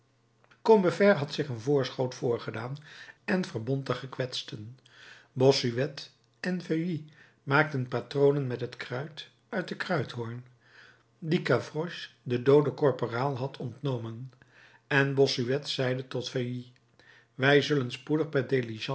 combeferre had zich een voorschoot voorgedaan en verbond de gekwetsten bossuet en feuilly maakten patronen met het kruit uit den kruithoorn dien gavroche den dooden korporaal had ontnomen en bossuet zeide tot feuilly wij zullen spoedig